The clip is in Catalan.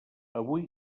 avui